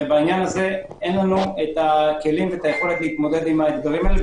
ואין לנו הכלים והיכולת להתמודד עם האתגרים האלה,